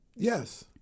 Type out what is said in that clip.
Yes